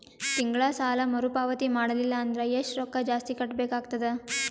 ತಿಂಗಳ ಸಾಲಾ ಮರು ಪಾವತಿ ಮಾಡಲಿಲ್ಲ ಅಂದರ ಎಷ್ಟ ರೊಕ್ಕ ಜಾಸ್ತಿ ಕಟ್ಟಬೇಕಾಗತದ?